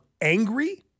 angry